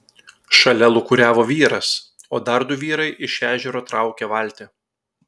šalia lūkuriavo vyras o dar du vyrai iš ežero traukė valtį